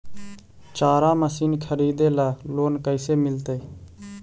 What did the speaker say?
चारा मशिन खरीदे ल लोन कैसे मिलतै?